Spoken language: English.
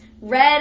Red